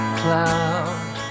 cloud